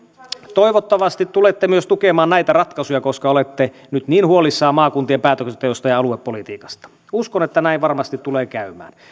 toivottavasti tulette myös tukemaan näitä ratkaisuja koska olette nyt niin huolissanne maakuntien päätöksenteosta ja aluepolitiikasta uskon että näin varmasti tulee käymään